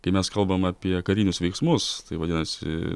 kai mes kalbam apie karinius veiksmus tai vadinasi